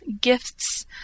gifts